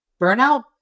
burnout